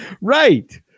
Right